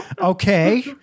Okay